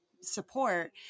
support